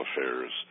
affairs